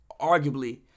arguably